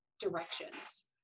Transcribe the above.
directions